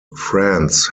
france